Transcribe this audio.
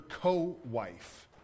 co-wife